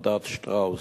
"מדד שטראוס"